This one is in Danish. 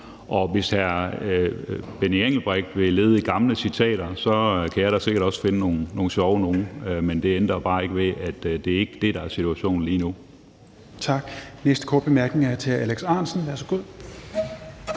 Hvis hr. Benny Engelbrecht vil lede i gamle citater, kan jeg da sikkert også finde nogle sjove nogle, men det ændrer jo bare ikke ved, at det ikke er det, der er situationen lige nu. Kl. 16:13 Tredje næstformand (Rasmus Helveg